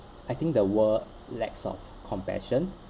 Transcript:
I think the world lacks of compassion